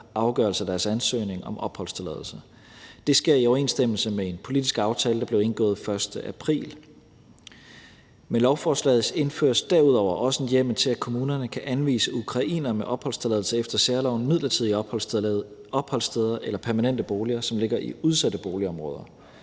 afgørelse af deres ansøgning om opholdstilladelse. Det sker i overensstemmelse med en politisk aftale, der blev indgået den 1. april. Med lovforslaget indføres derudover også en hjemmel til, at kommunerne kan anvise ukrainere med opholdstilladelse efter særloven midlertidige opholdssteder eller permanente boliger, som ligger i udsatte boligområder.